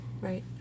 Right